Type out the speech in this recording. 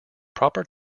proper